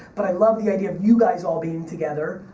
but i love the idea of you guys all being together.